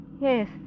Yes